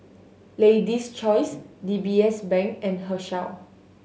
Lady's Choice D B S Bank and Herschel